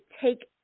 take